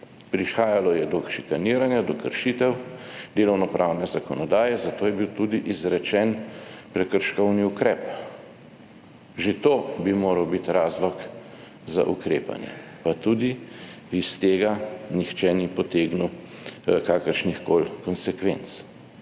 prihajalo je do šikaniranja, do kršitev delovnopravne zakonodaje, zato je bil tudi izrečen prekrškovni ukrep. Že to bi moral biti razlog za ukrepanje, pa tudi iz tega nihče ni potegnil kakršnihkoli konsekvenc,